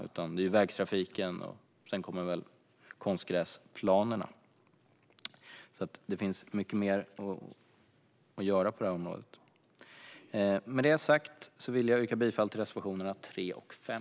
Det är i stället vägtrafiken som är det, och sedan kommer väl konstgräsplanerna. Det finns alltså mycket mer att göra på området. Med det sagt vill jag yrka bifall till reservationerna 3 och 5.